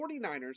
49ers